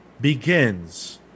begins